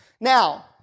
Now